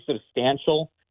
substantial